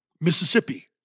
Mississippi